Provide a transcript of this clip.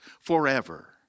forever